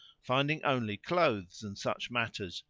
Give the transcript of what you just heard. finding only clothes and such matters,